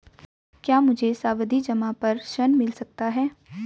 क्या मुझे सावधि जमा पर ऋण मिल सकता है?